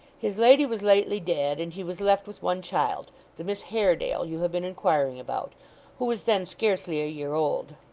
his lady was lately dead, and he was left with one child the miss haredale you have been inquiring about who was then scarcely a year old